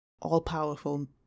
all-powerful